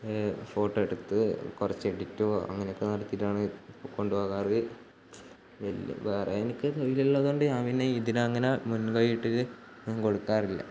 photo എടുത്ത് കുറച്ച് എഡിറ്റോ അങ്ങനെയൊക്കെ നടത്തിയിട്ടാണ് കൊണ്ടുപോകാറ് വലിയ വേറെ എനിക്ക് തൊഴിലുള്ളത് കൊണ്ട് ഞാനങ്ങനെ ഞാൻ പിന്നെ ഇതിനങ്ങനെ മുൻപായിട്ടിൽ ഞാൻ കൊടുക്കാറില്ല